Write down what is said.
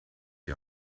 die